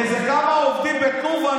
איזה כמה עובדים בתנובה,